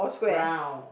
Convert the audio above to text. brown